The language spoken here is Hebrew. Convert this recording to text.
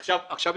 עכשיו,